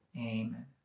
Amen